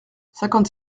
cinquante